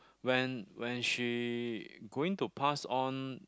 when when she going to pass on